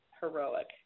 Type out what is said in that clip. Heroic